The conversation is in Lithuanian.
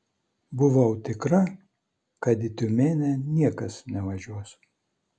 buvau tikra kad į tiumenę niekas nevažiuos